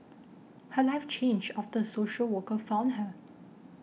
her life changed after a social worker found her